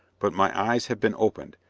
but my eyes have been opened,